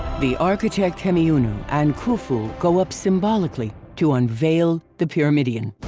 the architect hemiunu and khufu go up symbolically to unveil the pyramidion.